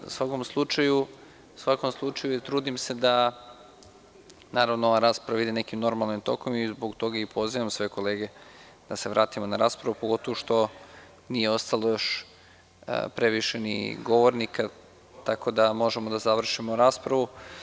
U svakom slučaju, trudim se da rasprava ide nekim normalnim tokom i zbog toga i pozivam sve kolege da se vratimo na raspravu, pogotovo što nije ostalo još puno govornika, tako da možemo da završimo raspravu.